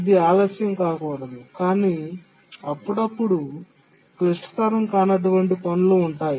ఇది ఆలస్యం కాకూడదు కాని అప్పుడప్పుడు క్లిష్టతరం కానటువంటి పనులు ఉంటాయి